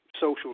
social